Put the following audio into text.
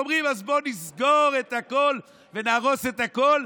אומרים: אז בואו נסגור את הכול ונהרוס את הכול,